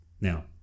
now